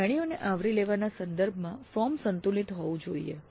શ્રેણીઓને આવરી લેવાના સંદર્ભમાં ફોર્મ સંતુલિત હોવું જોઈએ